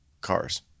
Cars